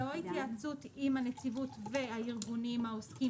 זה או התייעצות עם הנציבות והארגונים העוסקים,